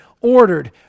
ordered